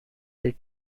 they